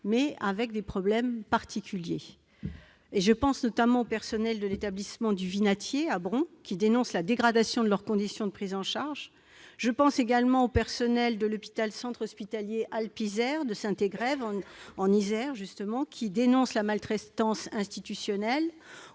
mais avec des problèmes particuliers. Je pense notamment aux personnels de l'établissement du Vinatier, à Bron, qui dénoncent la dégradation des conditions de prise en charge des patients. Je pense également aux personnels du centre hospitalier Alpes-Isère de Saint-Égrève, qui dénoncent la maltraitance institutionnelle,